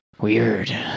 Weird